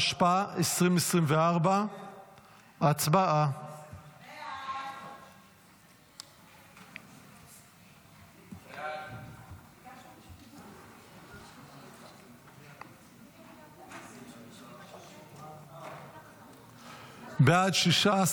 התשפ"ה 2024. הצבעה.